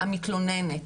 המתלוננת,